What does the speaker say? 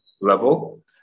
level